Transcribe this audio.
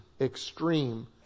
extreme